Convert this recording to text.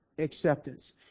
Acceptance